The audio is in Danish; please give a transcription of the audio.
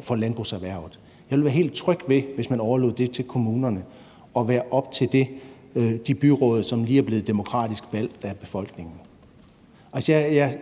for landbrugserhvervet. Jeg ville være helt tryg ved, at man overlod det til kommunerne og lod det være op til de byråd, der lige er blevet demokratisk valgt af befolkningen.